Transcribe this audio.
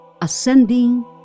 ascending